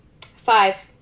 Five